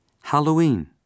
Halloween